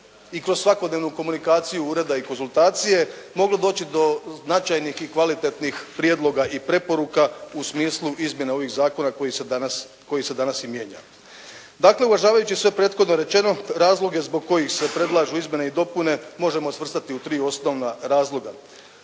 i kroz svakodnevnu komunikaciju ureda i konzultacije, moglo doći do značajnih i kvalitetnih prijedloga i preporuka u smislu izmjena ovih zakona koji se danas i mijenja. Dakle, uvažavajući sve prethodne rečeno razloge zbog kojih se predlaže izmjene i dopune možemo svrstati u tri osnovna razloga.